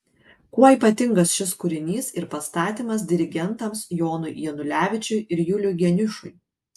kuo ypatingas šis kūrinys ir pastatymas dirigentams jonui janulevičiui ir juliui geniušui